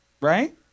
Right